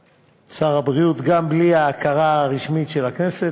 הבריאות, גם בלי ההכרה הרשמית של הכנסת,